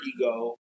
ego